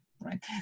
Right